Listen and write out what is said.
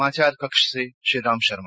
समाचार कक्ष से श्रीराम शर्मा